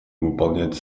выполнять